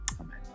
Amen